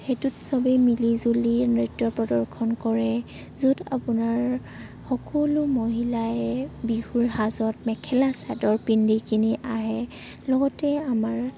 সেইটোত সবেই মিলি জুলি নৃত্য প্ৰদৰ্শন কৰে য'ত আপোনাৰ সকলো মহিলাই বিহুৰ সাজত মেখেলা চাদৰ পিন্ধি কিনি আহে লগতে আমাৰ